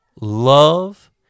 love